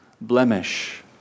blemish